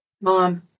Mom